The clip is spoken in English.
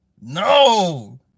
No